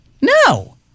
No